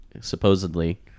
supposedly